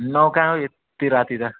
नौ कहाँ हौ यति राति त